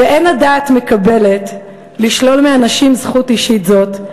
"ואין הדעת מקבלת לשלול מהנשים זכות אישית זאת,